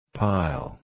Pile